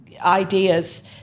ideas